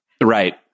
Right